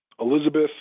Elizabeth